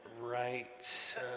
right